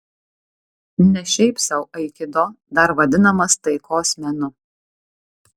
ne šiaip sau aikido dar vadinamas taikos menu